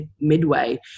midway